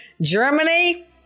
Germany